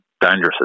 dangerous